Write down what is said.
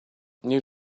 you